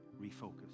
refocus